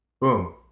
boom